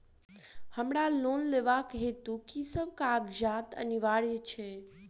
हमरा लोन लेबाक हेतु की सब कागजात अनिवार्य छैक?